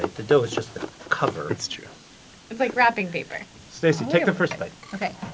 the dough is just cover it's true it's like wrapping paper stacey, take the first bite ok.